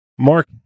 mark